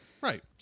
Right